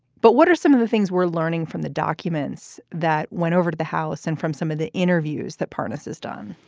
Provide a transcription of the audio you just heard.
but what are some of the things we're learning from the documents that went over to the house and from some of the interviews that parness has done?